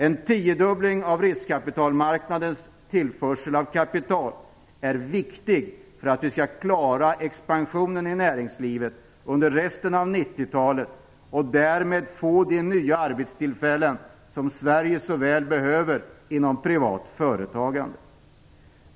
En tiodubbling av riskkapitalmarknadens tillförsel av kapital är viktig för att vi skall klara expansionen i näringslivet under resten av 90-talet och därmed få de nya arbetstillfällen som Sverige så väl behöver inom privat företagande.